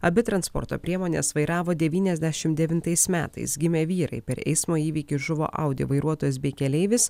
abi transporto priemones vairavo devyniasdešim devintais metais gimę vyrai per eismo įvykį žuvo audi vairuotojas bei keleivis